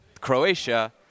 Croatia